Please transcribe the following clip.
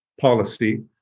policy